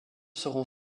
seront